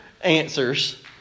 answers